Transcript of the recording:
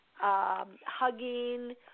hugging